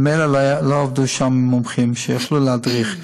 ממילא לא עבדו שם מומחים שיכלו להדריך.